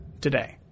today